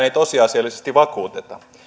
ei tosiasiallisesti vakuuteta